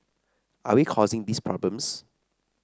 are we causing these problems